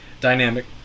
dynamic